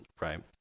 Right